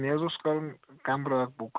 مےٚ حظ اوس کَرُن کمرٕ اکھ بُک